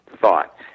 thought